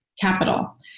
capital